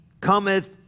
cometh